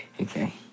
Okay